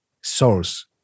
source